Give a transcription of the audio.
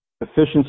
efficiency